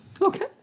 okay